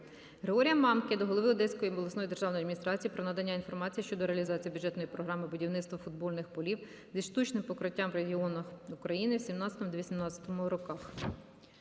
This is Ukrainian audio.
Григорія Мамки до голови Одеської обласної державної адміністрації про надання інформації щодо реалізації бюджетної програми "Будівництво футбольних полів зі штучним покриттям в регіонах України" у 2017-2018 роках.